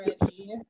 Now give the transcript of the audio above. ready